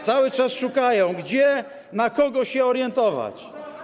Cały czas szukają, gdzie, na kogo się orientować.